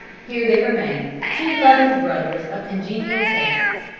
here they remained, two loving brothers of congenial tastes,